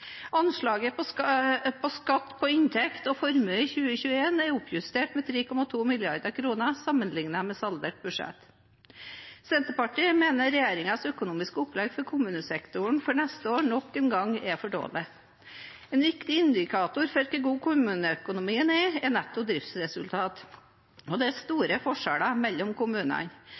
Anslaget på skatt på inntekt og formue i 2021 er oppjustert med 3,2 mrd. kr sammenlignet med saldert budsjett. Senterpartiet mener regjeringens økonomiske opplegg for kommunesektoren for neste år nok en gang er for dårlig. En viktig indikator for hvor god kommuneøkonomien er, er netto driftsresultat. Det er store forskjeller mellom kommunene,